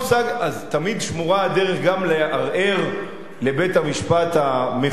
אז תמיד שמורה הדרך גם לערער לבית-המשפט המחוזי,